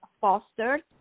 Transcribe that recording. fostered